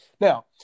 Now